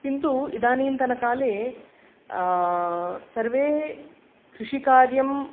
किन्तु इदानीन्तनकाले सर्वे कृषिकार्यम्